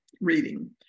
reading